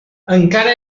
encara